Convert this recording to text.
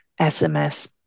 SMS